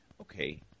Okay